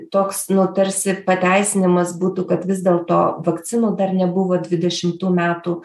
toks nu tarsi pateisinimas būtų kad vis dėlto vakcinų dar nebuvo dvidešimų metų